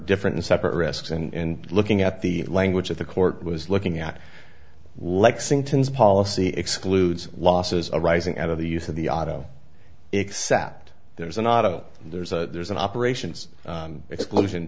different and separate risks and looking at the language of the court was looking at lexington's policy excludes losses arising out of the use of the auto except there's an auto there's a there's an operations exclusion